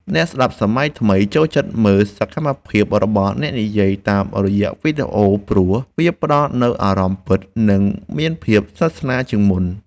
អ្នកស្ដាប់សម័យថ្មីចូលចិត្តមើលសកម្មភាពរបស់អ្នកនិយាយតាមរយៈវីដេអូព្រោះវាផ្តល់នូវអារម្មណ៍ពិត និងមានភាពស្និទ្ធស្នាលជាងមុន។